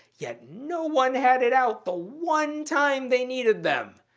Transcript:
yet no one had it out the one time they needed them.